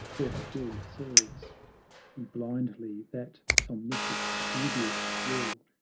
or still serves he blindly that somnific, dubious will,